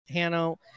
Hanno